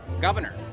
governor